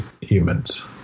humans